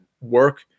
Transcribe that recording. work